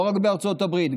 לא רק בארצות הברית,